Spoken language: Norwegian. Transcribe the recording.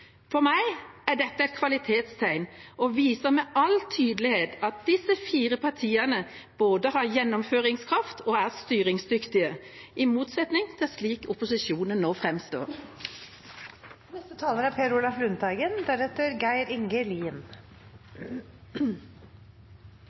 For meg er det et kvalitetstegn og viser med all tydelighet at disse fire partiene både har gjennomføringskraft og er styringsdyktige, i motsetning til slik opposisjonen nå framstår. De gule vestene er